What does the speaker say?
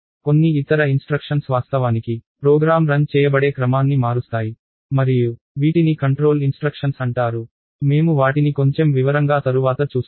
కొన్ని ఇతర ఇన్స్ట్రక్షన్స్ వాస్తవానికి ప్రోగ్రామ్ రన్ చేయబడే క్రమాన్ని మారుస్తాయి మరియు వీటిని నియంత్రణ ఇన్స్ట్రక్షన్స్ అంటారు మేము వాటిని కొంచెం వివరంగా తరువాత చూస్తాము